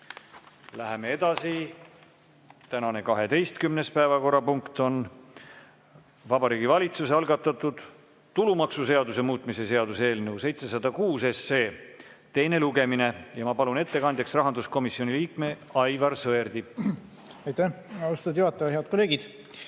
Läheme edasi. Tänane 12. päevakorrapunkt on Vabariigi Valitsuse algatatud tulumaksuseaduse muutmise seaduse eelnõu 706 teine lugemine. Ma palun ettekandjaks rahanduskomisjoni liikme Aivar Sõerdi. Läheme edasi.